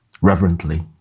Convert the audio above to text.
reverently